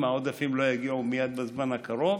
אם העודפים לא יגיעו מייד בזמן הקרוב,